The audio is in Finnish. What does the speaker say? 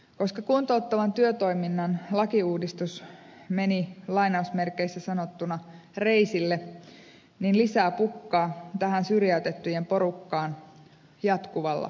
koska kuntouttavan työtoiminnan lakiuudistus meni lainausmerkeissä sanottuna reisille niin lisää väkeä pukkaa tähän syrjäytettyjen porukkaan jatkuvalla syötöllä